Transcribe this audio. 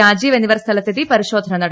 രാജീവ് എന്നിവർ സ്ഥലത്തെത്തി പരിശോധന നടത്തി